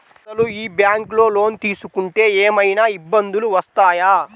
అసలు ఈ బ్యాంక్లో లోన్ తీసుకుంటే ఏమయినా ఇబ్బందులు వస్తాయా?